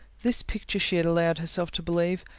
this picture, she had allowed herself to believe,